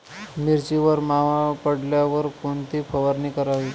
मिरचीवर मावा पडल्यावर कोणती फवारणी करावी?